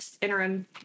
interim